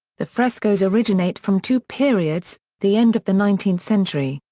the frescoes originate from two periods the end of the nineteenth century,